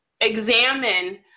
examine